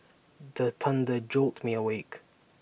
the thunder jolt me awake